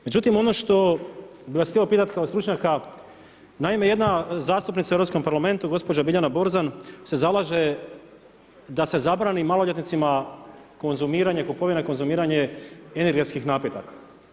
Međutim ono što što bih vas htio pitati kao stručnjaka, naime, jedna zastupnica u Europskom parlamentu gospođa Biljana Borzan se zalaže da se zabrani maloljetnicima, konzumiranje, kupovina, konzumiranje energetskih napitaka.